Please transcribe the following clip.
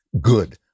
Good